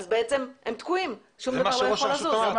בעצם הם תקועים ושום דבר שלא יכול לזוז.